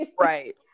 Right